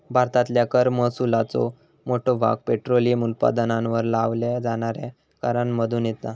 भारतातल्या कर महसुलाचो मोठो भाग पेट्रोलियम उत्पादनांवर लावल्या जाणाऱ्या करांमधुन येता